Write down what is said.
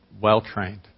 well-trained